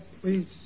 please